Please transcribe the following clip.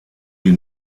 die